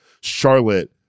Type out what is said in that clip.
Charlotte